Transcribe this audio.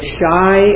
shy